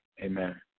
Amen